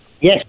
Yes